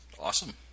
Awesome